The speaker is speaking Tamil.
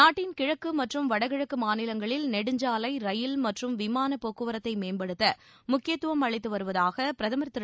நாட்டின் கிழக்கு மற்றும் வடகிழக்கு மாநிவங்களில் நெடுஞ்சாலை ரயில் மற்றும் விமான போக்குவரத்தை மேம்படுத்த முக்கியத்துவம்அளித்து வருவதாக பிரதமர் திரு